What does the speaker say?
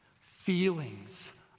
feelings